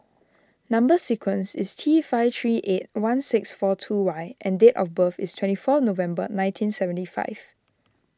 Number Sequence is T five three eight one six four two Y and date of birth is twenty four November nineteen seventy five